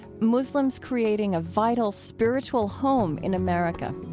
muslims creating a vital spiritual home in america